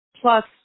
plus